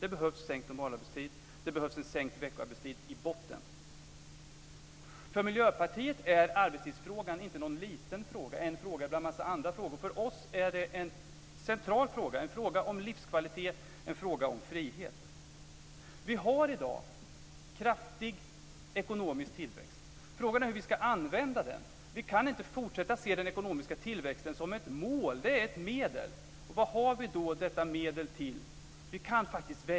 Det behövs sänkt normalarbetstid och det behövs en sänkt veckoarbetstid i botten. För Miljöpartiet är arbetstidsfrågan inte någon liten fråga - en fråga bland en massa andra frågor. För oss är det en central fråga. Det är en fråga om livskvalitet och en fråga om frihet. Frågan är hur vi ska använda den. Den är ett medel. Och vad har vi då detta medel till?